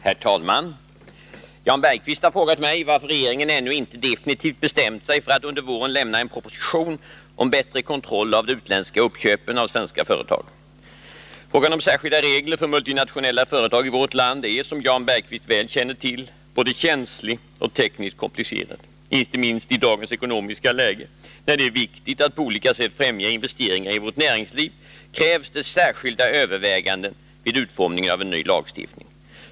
Herr talman! Jan Bergqvist har frågat mig varför regeringen ännu inte definitivt bestämt sig för att under våren lämna en proposition om bättre kontroll av de utländska uppköpen av svenska företag. Frågan om särskilda regler för multinationella företag i vårt land är, som Jan Bergqvist väl känner till, både känslig och tekniskt komplicerad. Inte minst i dagens ekonomiska läge, när det är viktigt att på olika sätt främja investeringar i vårt näringsliv, krävs det särskilda överväganden vid utformningen av en ny lagstiftning.